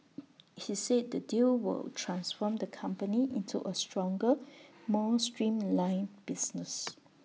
he said the deal will transform the company into A stronger more streamlined business